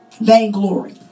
Vainglory